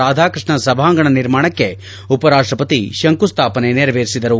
ರಾಧಾಕೃಷ್ಣನ್ ಸಭಾಂಗಣ ನಿರ್ಮಾಣಕ್ಕೆ ಉಪರಾಷ್ಟಪತಿ ಶಂಕುಸ್ಥಾಪನೆ ನೆರವೇರಿಸಿದರು